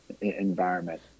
environment